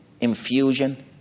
infusion